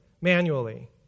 manually